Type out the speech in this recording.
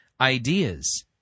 ideas